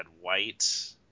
white